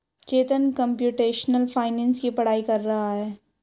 चेतन computational finance की पढ़ाई कर रहा है